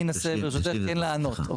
אני אנסה ברשותך כן לענות.